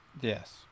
Yes